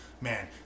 man